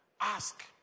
Ask